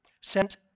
sent